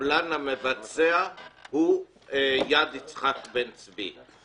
הקבלן המבצע הוא יד יצחק בן צבי,